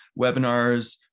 webinars